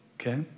okay